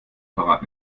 apparat